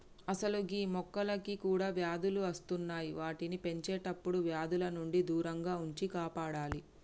అసలు గీ మొక్కలకి కూడా వ్యాధులు అస్తున్నాయి వాటిని పెంచేటప్పుడు వ్యాధుల నుండి దూరంగా ఉంచి కాపాడాలి